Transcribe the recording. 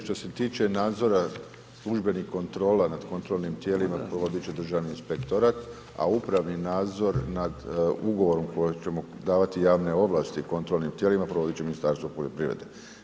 Što se tiče nadzora službenih kontrola nad kontrolnim tijelima provodit će Državni inspektorat, a upravni nadzor nad ugovorom kojim ćemo davati javne ovlasti kontrolnim tijelima, provodit će Ministarstvo poljoprivrede.